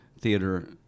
Theater